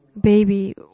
baby